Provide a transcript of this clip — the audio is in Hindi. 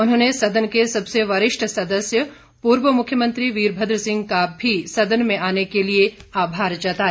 उन्होंने सदन के सबसे वरिष्ठ सदस्य पूर्व मुख्यमंत्री वीरभद्र सिंह का भी सदन में आने के लिए आभार जताया